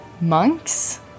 monks